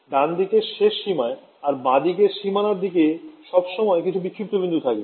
ডানদিকের শেষ সীমায় আর বাঁ দিকের সীমানার দিকে সবসময় কিছু বিক্ষিপ্ত বিন্দু থাকবে